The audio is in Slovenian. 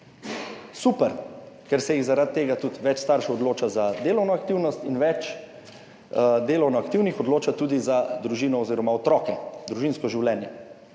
Super, ker se jih, zaradi tega tudi več staršev odloča za delovno aktivnost in več delovno aktivnih odloča tudi za družino, oz. otroke, družinsko življenje.